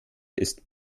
ist